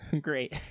Great